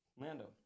Lando